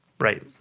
Right